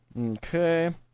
Okay